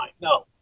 No